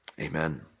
amen